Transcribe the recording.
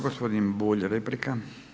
Gospodin Bulj, replika.